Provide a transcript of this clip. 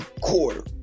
quarter